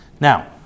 Now